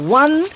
one